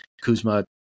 Kuzma